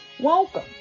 Welcome